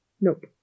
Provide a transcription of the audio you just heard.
Nope